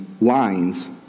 lines